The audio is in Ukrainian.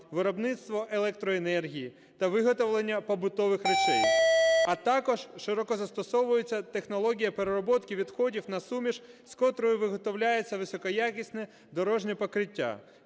виробництва електроенергії та виготовлення побутових речей, а також широко застосовується технологія переробки відходів на суміш, з котрого виготовляється високоякісне дорожнє покриття.